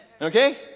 okay